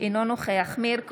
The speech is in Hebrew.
אינו נוכח מאיר כהן,